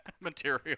material